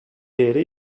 değeri